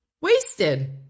Wasted